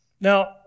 Now